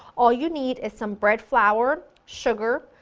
all you need is some bread flour, sugar,